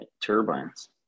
turbines